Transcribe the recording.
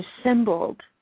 assembled